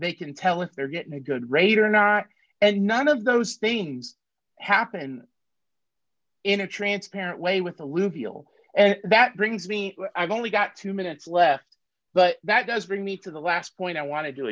they can tell if they're getting a good rate or not and none of those things happen in a transparent way with the loop deal and that brings me i've only got two minutes left but that does bring me to the last point i wanted to